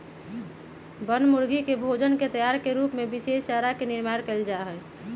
बनमुर्गी के भोजन के तैयारी के रूप में विशेष चारा के निर्माण कइल जाहई